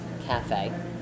cafe